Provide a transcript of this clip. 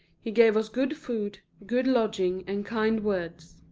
he gave us good food, good lodging and kind words